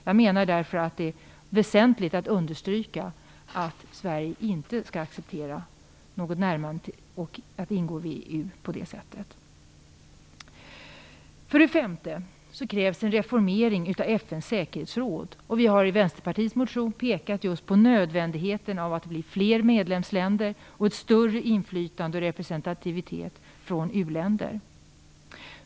Jag menar därför att det är väsentligt att understryka att Sverige inte skall acceptera något närmande till, eller att ingå i, VEU. För det femte krävs det en reformering av FN:s säkerhetsråd. Vi har i vår motion pekat på det nödvändiga i att fler länder blir medlemmar i detta, och av att u-länderna får bättre representation och större inflytande.